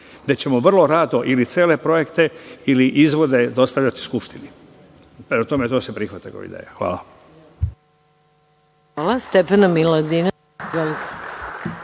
gde ćemo vrlo rado ili cele projekte ili izvode dostavljati Skupštini. To se prihvata kao ideja. Hvala.